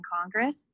Congress